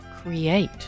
create